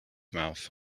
mouth